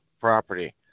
property